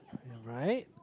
right